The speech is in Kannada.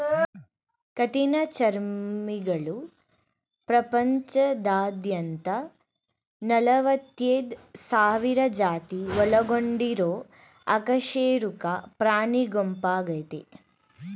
ಕಠಿಣಚರ್ಮಿಗಳು ಪ್ರಪಂಚದಾದ್ಯಂತ ನಲವತ್ತೈದ್ ಸಾವಿರ ಜಾತಿ ಒಳಗೊಂಡಿರೊ ಅಕಶೇರುಕ ಪ್ರಾಣಿಗುಂಪಾಗಯ್ತೆ